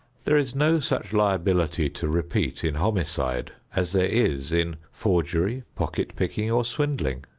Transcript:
there is no such liability to repeat in homicide as there is in forgery, pocket-picking or swindling.